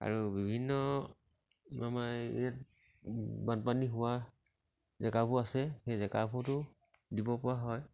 আৰু বিভিন্ন আমাৰ ইয়াত বানপানী হোৱা জেগাবোৰ আছে সেই জেগাবোৰতো দিবপৰা হয়